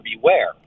beware